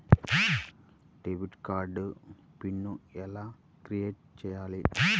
Debit card PIN ఎలా create చెయ్యాలి?